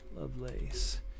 Lovelace